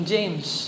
James